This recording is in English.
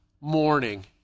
morning